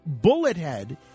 Bullethead